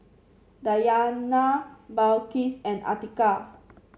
Dayana Balqis and Atiqah